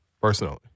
personally